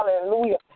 Hallelujah